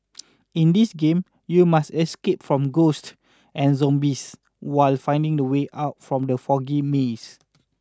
in this game you must escape from ghosts and zombies while finding the way out from the foggy maze